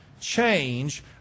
change